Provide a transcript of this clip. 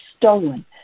stolen